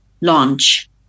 launch